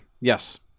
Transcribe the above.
yes